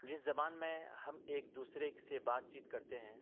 جس زبان میں ہم ایک دوسرے سے بات چیت کرتے ہیں